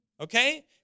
okay